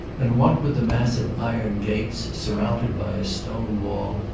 and what with the massive iron gates, surmounted by a stone wall,